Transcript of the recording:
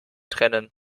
trennen